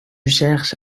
cherche